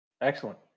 Excellent